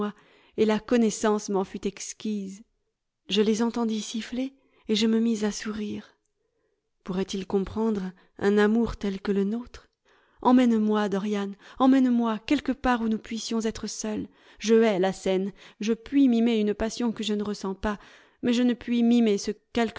et la connaissance m'en fut exquise je les entendis siffler et je me mis à sourire pourraient-ils comprendre un amour tel que le nôtre emmène-moi dorian emmène-moi quelque part où nous puissions être seuls je hais la scène je puis mimer une passion que je ne ressens pas mais je ne puis mimer ce